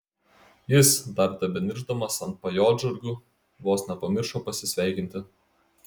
jis dar tebeniršdamas ant pajodžargų vos nepamiršo pasisveikinti